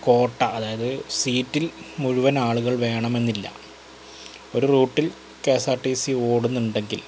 കോട്ട അതായത് സീറ്റിൽ മുഴുവൻ ആളുകൾ വേണമെന്നില്ല ഒരു റൂട്ടിൽ K S R T C ഓടുന്നുണ്ടെങ്കിൽ